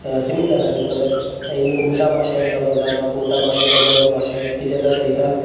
similar ಆಗಿರ್ತದೆ ಇನ್ನು ಕುಮಟಾ ಭಾಷೆ ಅಂತ ಬಂದಾಗ ಕುಮಟಾ ಭಾಷೆ ಹೊನ್ನಾವರ ಭಾಷೆ ಇದೆಲ್ಲ ಸಹಿತ